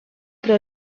pre